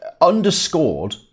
underscored